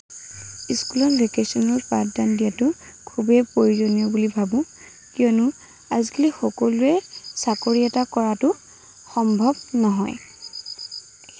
স্কুলত ভেকেশ্যনত পাঠদান দিয়াটো খুবেই প্ৰয়োজনীয় বুলি ভাবোঁ কিয়নো আজিকালি সকলোৱে চাকৰি এটা কৰাতো সম্ভৱ নহয়